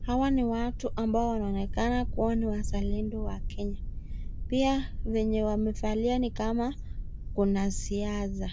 Hawa ni watu ambao wanonekana kuwa ni wazalendo wa Kenya. Pia, vyenye wamevalia ni kama kuna siasa.